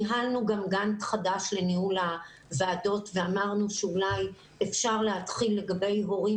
ניהלנו גם משהו חדש לניהול הוועדות ואמרנו שאולי אפשר להתחיל לגבי הורים